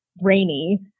rainy